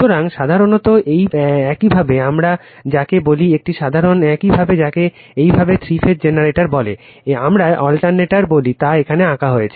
সুতরাং সাধারণত একইভাবে আমরা যাকে বলি একটি সাধারণ একইভাবে যাকে একইভাবে থ্রি ফেজ জেনারেটর বলে আমরা অল্টারনেটর বলি তা এখানে আঁকা হয়েছে